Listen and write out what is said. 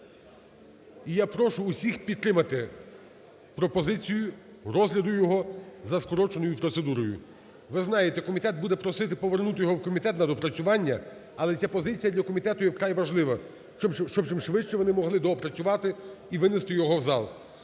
і я прошу усіх підтримати пропозицію розгляду його за скороченою процедурою. Ви знаєте, комітет буде просити повернути його в комітет на доопрацювання, але ця позиція для комітету є вкрай важлива, щоб чимшвидше вони могли доопрацювати і винести його в зал.